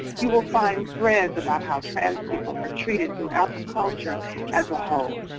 you will find threads about how trans people are treated throughout the culture as a whole.